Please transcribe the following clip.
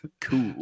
cool